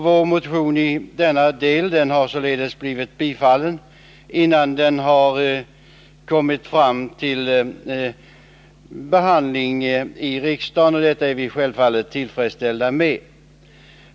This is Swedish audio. Vår motion har i denna del blivit bifallen innan den har kommit fram för behandling i kammaren, och detta är vi självfallet tillfredsställda med.